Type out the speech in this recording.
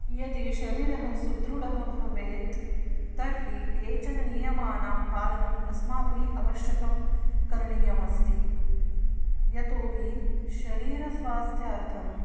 यदि शरीरः सुदृढः भवेत् तर्हि केचन नियमानां पालनम् अस्माभिः अवश्यं करणीयमस्ति यतोहि शरीरस्वास्थ्यर्थं